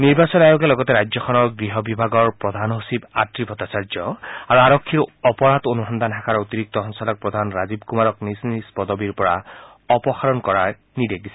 নিৰ্বাচন আয়োগে লগতে ৰাজ্যখনৰ গৃহ বিভাগত প্ৰধান সচিব আত্ৰি ভট্টাচাৰ্য আৰু আৰক্ষীৰ অপৰাধ অনুসন্ধান শাখাৰ অতিৰিক্ত সঞ্চালকপ্ৰধান ৰাজীৱ কুমাৰক নিজ নিজ পদবীৰ পৰা অপসাৰণ কৰাৰ নিৰ্দেশ দিছে